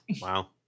Wow